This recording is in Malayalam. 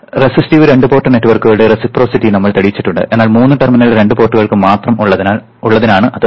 റെസിസ്റ്റീവ് രണ്ട് പോർട്ട് നെറ്റ്വർക്കുകളുടെ റെസിപ്രൊസിറ്റി നമ്മൾ തെളിയിച്ചിട്ടുണ്ട് എന്നാൽ മൂന്ന് ടെർമിനൽ രണ്ട് പോർട്ടുകൾക്ക് മാത്രം ഉള്ളതിനാണ് അത്